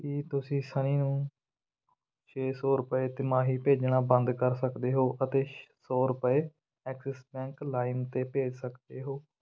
ਕੀ ਤੁਸੀਂ ਸਨੀ ਨੂੰ ਛੇ ਸੌ ਰੁਪਏ ਤਿਮਾਹੀ ਭੇਜਣਾ ਬੰਦ ਕਰ ਸਕਦੇ ਹੋ ਅਤੇ ਸੌ ਰੁਪਏ ਐਕਸਿਸ ਬੈਂਕ ਲਾਇਮ 'ਤੇ ਭੇਜ ਸਕਦੇ ਹੋ